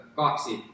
kaksi